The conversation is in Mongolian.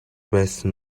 байсан